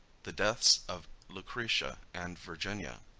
the deaths of lucretia and virginia.